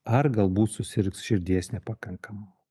ar galbūt susirgs širdies nepakankamumu